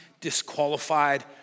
disqualified